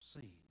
seen